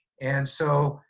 and so,